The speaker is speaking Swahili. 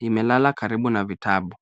imelala karibu na vitabu.